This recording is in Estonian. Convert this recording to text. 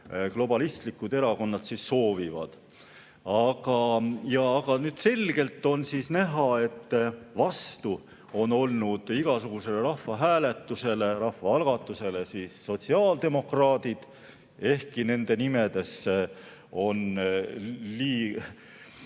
globalistlikud erakonnad soovivad. Aga selgelt on näha, et vastu on olnud igasugusele rahvahääletusele ja rahvaalgatusele sotsiaaldemokraadid, ehkki nende nimes on termin